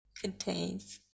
contains